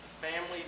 family